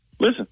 listen